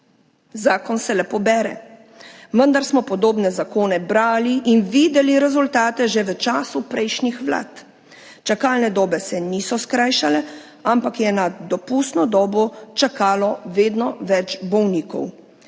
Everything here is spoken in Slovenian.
Zakon se lepo bere, vendar smo podobne zakone brali in videli rezultate že v času prejšnjih vlad. Čakalne dobe se niso skrajšale, ampak je nad dopustno dobo čakalo vedno več bolnikov.